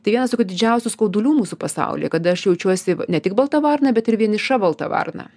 tai vienas tokių didžiausių skaudulių mūsų pasaulyje kada aš jaučiuosi ne tik balta varna bet ir vieniša balta varna